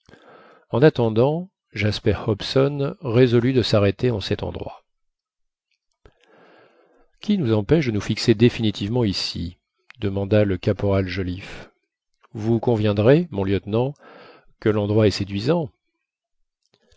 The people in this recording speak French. en attendant jasper hobson résolut de s'arrêter en cet endroit qui nous empêche de nous fixer définitivement ici demanda le caporal joliffe vous conviendrez mon lieutenant que l'endroit est séduisant